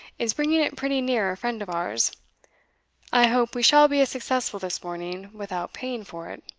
is bringing it pretty near a friend of ours i hope we shall be as successful this morning, without paying for it.